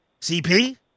CP